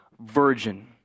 virgin